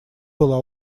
была